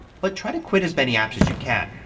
but try to quit as many apps as you can.